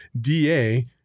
DA